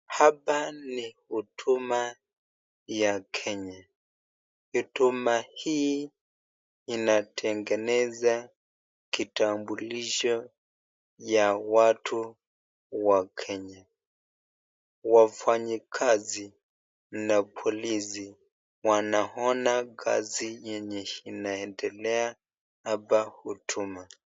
Hapa ni huduma ya Kenya. Huduma hii inatengeneza kitambulisho ya watu wa Kenya. Wafanyikazi na polisi wanaona kazi yenye inaendelea hapa huduma.